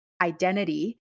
identity